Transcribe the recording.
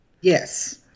Yes